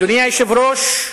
אדוני היושב-ראש,